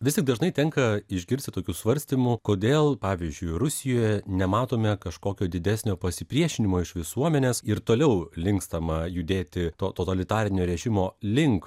vis tik dažnai tenka išgirsti tokių svarstymų kodėl pavyzdžiui rusijoje nematome kažkokio didesnio pasipriešinimo iš visuomenės ir toliau linkstama judėti to totalitarinio režimo link